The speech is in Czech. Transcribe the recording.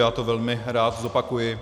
Já to velmi rád zopakuji.